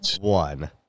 one